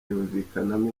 yumvikanamo